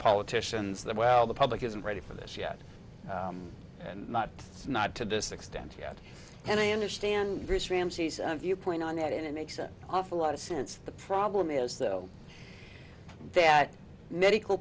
politicians that well the public isn't ready for this yet and not not to this extent yet and i understand your point on that and it makes an awful lot of sense the problem is though that medical